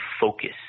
focus